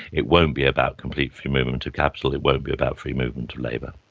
it won't be about complete free movement of capital, it won't be about free movement of labour.